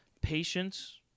patience